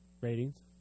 Ratings